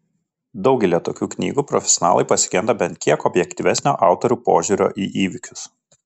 daugelyje tokių knygų profesionalai pasigenda bent kiek objektyvesnio autorių požiūrio į įvykius